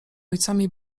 ojcami